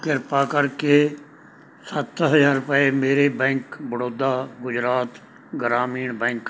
ਕਿਰਪਾ ਕਰਕੇ ਸੱਤ ਹਜ਼ਾਰ ਰੁਪਏ ਮੇਰੇ ਬੈਂਕ ਬੜੌਦਾ ਗੁਜਰਾਤ ਗ੍ਰਾਮੀਣ ਬੈਂਕ